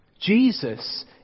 Jesus